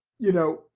you know,